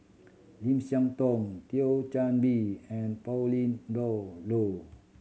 Lim Siah Tong Thio Chan Bee and Pauline Dawn Loh